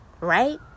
right